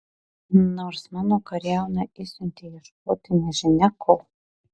nors mano kariauną išsiuntei ieškoti nežinia ko